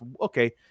okay